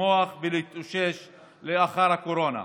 לצמוח ולהתאושש לאחר הקורונה.